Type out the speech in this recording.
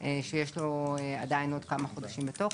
שיש לו עוד כמה חודשים בתוקף.